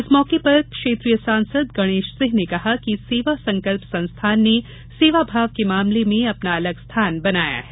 इस मौके पर क्षेत्रिय सांसद गणेश सिंह ने कहा कि सेवा संकल्प संस्थान ने सेवा भाव के मामले में अपना अलग स्थान बनाया है